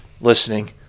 listening